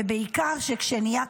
ובעיקר שכשנהיה קשה,